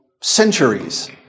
centuries